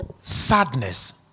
sadness